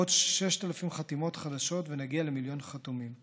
עוד 6,000 חתימות חדשות ונגיע למיליון חתומים.